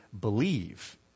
believe